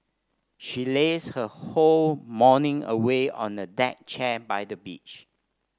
she lazed her whole morning away on a deck chair by the beach